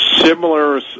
similar